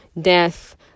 death